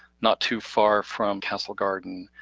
not too far from castle garden.